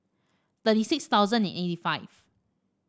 thirty six thousand and eighty five